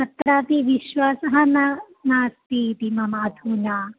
तत्रापि विश्वासः न नास्ति इति मम अधुना